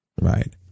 Right